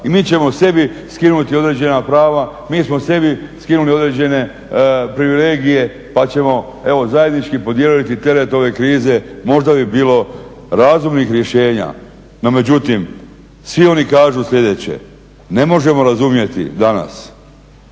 i mi ćemo sebi skinuti određena prava, mi smo sebi skinuli određene privilegije pa ćemo zajednički podijeliti teret ove krize. Možda bi bilo razumnih rješenja. No međutim, svi oni kažu sljedeće. Ne možemo razumjeti danas